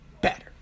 better